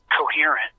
coherent